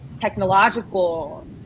technological